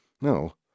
no